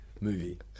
movie